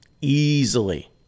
easily